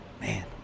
Man